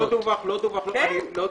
להמשיך?